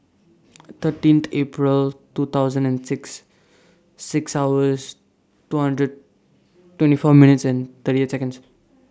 thirteen April two thousand and six six hours two hundred twenty four minutes and thirty eight Seconds